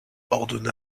ordonne